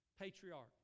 patriarch